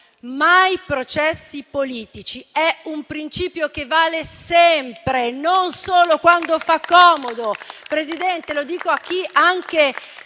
mai processi politici è un principio che vale sempre, non solo quando fa comodo. Presidente, lo dico a chi, anche